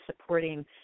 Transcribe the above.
supporting